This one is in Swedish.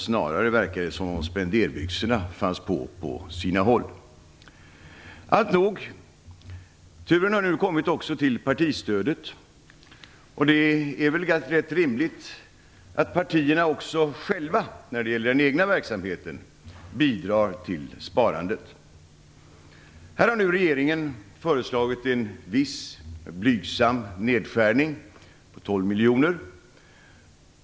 Snarare verkade det som om spenderbyxorna på sina håll fanns på. Alltnog, turen har nu kommit till partistödet. Det är väl rätt rimligt att också partierna själva när det gäller den egna verksamheten bidrar till sparandet. Här har regeringen föreslagit en blygsam nedskärning om 12 miljoner.